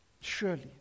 Surely